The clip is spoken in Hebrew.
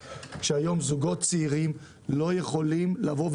מעמד אחד של זוגות צעירים שההורים שלהם יכולים לעזור להם והמעמד